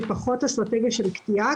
ופחות אסטרטגיה של קטיעה.